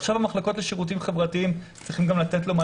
עכשיו המחלקות לשירותים חברתיים צריכות לתת לו מענה,